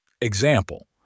Example